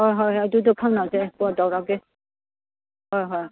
ꯍꯣꯏ ꯍꯣꯏ ꯍꯣꯏ ꯑꯗꯨꯗ ꯐꯥꯎꯅꯁꯦ ꯀꯣꯜ ꯇꯧꯔꯛꯀꯦ ꯍꯣꯏ ꯍꯣꯏ